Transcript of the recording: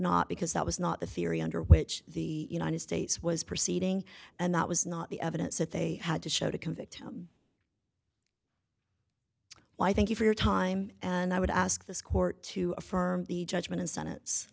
not because that was not the theory under which the united states was proceeding and that was not the evidence that they had to show to convict him well i thank you for your time and i would ask this court to affirm the judgment